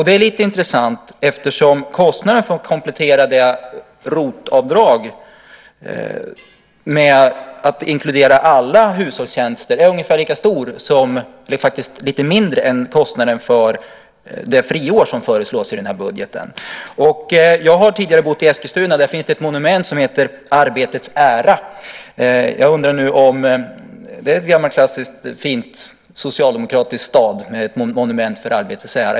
Det är lite intressant eftersom kostnaden för att komplettera ROT-avdraget så att det inkluderar alla hushållstjänster är ungefär lika stor eller faktiskt lite mindre än kostnaden för det friår som föreslås i budgeten. Jag har tidigare bott i Eskilstuna. Där finns det ett monument som heter Arbetets ära. Det är en gammal fin, klassisk socialdemokratisk stad med ett monument till arbetets ära.